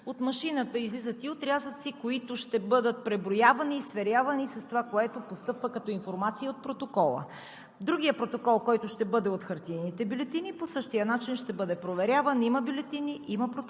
От машината излизат отрязъци, които ще бъдат преброявани и сверявани с това, което постъпва като информация от протокола. Другият протокол, който ще бъде от хартиените бюлетини, по същия начин ще бъде проверяван. Има бюлетини, има протокол,